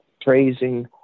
praising